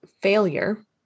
failure